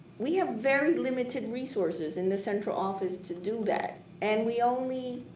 we have very limited resources in the central office to do that and we only.